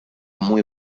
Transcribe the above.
muy